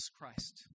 Christ